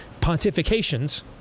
pontifications